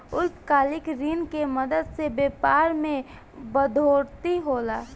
अल्पकालिक ऋण के मदद से व्यापार मे बढ़ोतरी होला